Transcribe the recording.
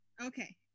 Okay